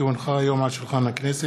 כי הונחה היום על שולחן הכנסת,